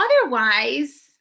Otherwise